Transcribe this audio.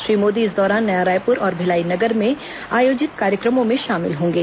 श्री मोदी इस दौरान नया रायपुर और भिलाई नगर में आयोजित कार्यक्रमों में शामिल होंगे